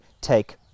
take